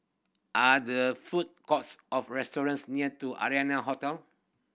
are the food courts of restaurants near to Arianna Hotel